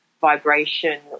vibration